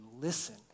listen